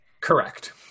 Correct